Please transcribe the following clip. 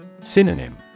Synonym